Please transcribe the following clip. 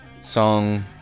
song